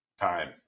Time